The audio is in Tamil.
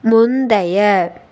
முந்தைய